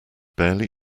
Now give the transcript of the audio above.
barely